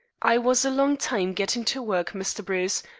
i was a long time getting to work, mr. bruce,